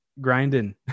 grinding